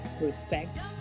respect